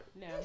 No